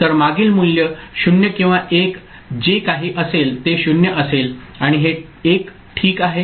तर मागील मूल्य 0 किंवा 1 जे काही असेल ते 0 असेल आणि हे 1 ठीक आहे